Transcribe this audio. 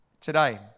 today